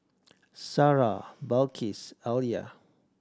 Sarah Balqis Alya